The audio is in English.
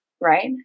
right